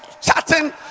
chatting